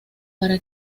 para